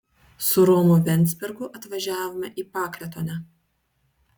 su romu venzbergu atvažiavome į pakretuonę